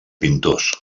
pintors